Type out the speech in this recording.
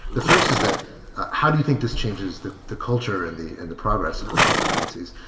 the first is that how do you think this changes the the culture and the and the progress of cryptocurrencies?